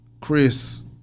Chris